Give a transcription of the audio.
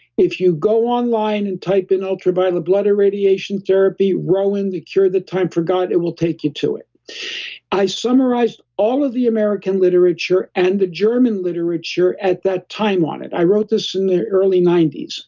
if you go online and type in ultraviolet blood irradiation therapy, rowen, the cure that time forgot, it will take you to it i summarized all of the american literature and the german literature at that time on it. i wrote this in the early zero